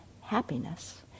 happiness